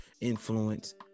influence